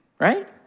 right